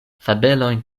fabelojn